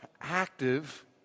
active